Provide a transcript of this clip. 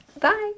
Bye